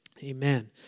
Amen